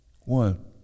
One